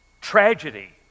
tragedy